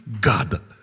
God